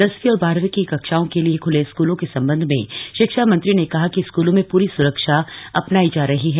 दसवीं और बारहवीं की कक्षाओं के लिए ख्ले स्कूलों के संबंध में शिक्षा मंत्री ने कहा कि स्कूलों में पूरी सुरक्षा अपनाई जा रही है